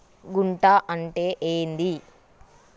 గుంట అంటే ఏంది?